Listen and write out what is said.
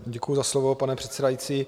Děkuji za slovo, pane předsedající.